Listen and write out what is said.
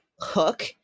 hook